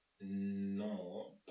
No